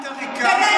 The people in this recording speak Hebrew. את עריקה,